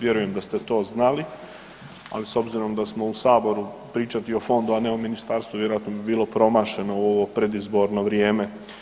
Vjerujem da ste to znali, ali s obzirom da smo u Saboru, pričati o fondu, a ne o ministarstvu, vjerojatno bi bilo promašeno u ovo predizborno vrijeme.